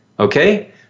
Okay